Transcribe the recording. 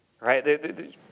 right